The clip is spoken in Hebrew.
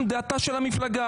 זאת גם דעת השל המפלגה.